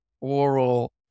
oral